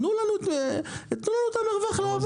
תנו לנו את המרווח לעבוד.